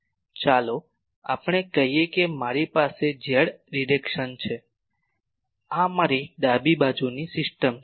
ચાલો આપણે કહીએ કે આ મારી Z ડિરેક્શન છે આ મારી ડાબી બાજુની સિસ્ટમ છે